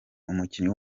umukinnyi